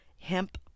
hemp